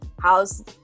How's